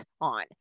on